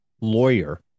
lawyer